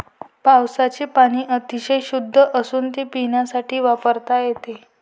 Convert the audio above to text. पावसाचे पाणी अतिशय शुद्ध असून ते पिण्यासाठी वापरता येते